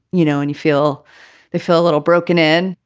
you know, and you feel they feel a little broken in.